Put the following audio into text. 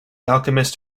alchemist